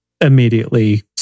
immediately